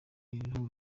huriro